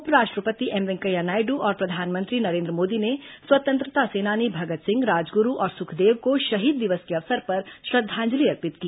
उपराष्ट्रपति एम वेंकैया नायडू और प्रधानमंत्री नरेन्द्र मोदी ने स्वतंत्रता सेनानी भगत सिंह राजगुरू और सुखदेव को शहीद दिवस के अवसर पर श्रद्धांजलि अर्पित की